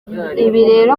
rero